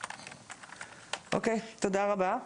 תודה רבה.